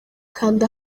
kanda